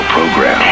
Program